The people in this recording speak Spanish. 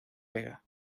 vega